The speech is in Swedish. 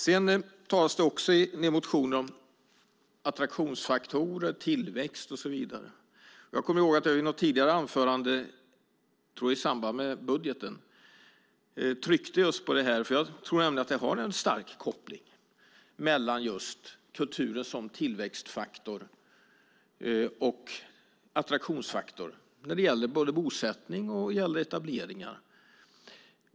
I en del motioner tas även attraktionsfaktorer, tillväxt och så vidare upp. Jag tror att det var i samband med budgeten som jag i något anförande tryckte just på detta. Jag tror nämligen att vi har en stark koppling mellan kulturen som tillväxtfaktor och attraktionsfaktor när det gäller bosättning och etableringar.